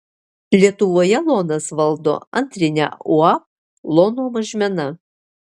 lietuvoje lonas valdo antrinę uab lono mažmena